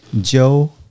joe